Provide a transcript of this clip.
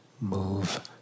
move